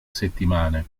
settimane